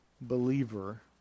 believer